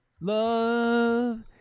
Love